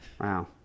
Wow